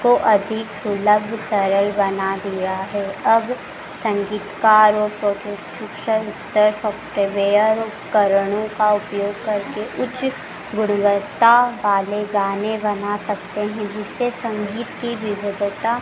को अधिक सुलभ सरल बना दिया है अब संगीतकारों को प्रशिक्षण द सॉफ्टवेयर उपकरणों का उपयोग करके उच्च गुणवत्ता वाले गाने बना सकते हैं जिससे संगीत की विविधता